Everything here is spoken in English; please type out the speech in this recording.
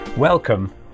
Welcome